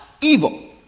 evil